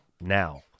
now